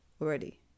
Already